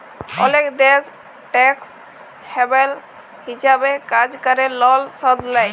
অলেক দ্যাশ টেকস হ্যাভেল হিছাবে কাজ ক্যরে লন শুধ লেই